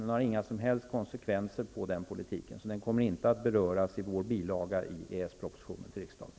Den har inga som helst konsekvenser för den politiken, så den kommer inte att beröras i socialdepartementets bilaga till EES-propositionen till riksdagen.